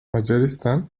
macaristan